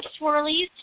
swirlies